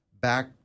back